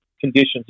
conditions